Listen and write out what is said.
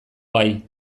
gai